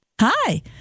Hi